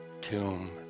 tomb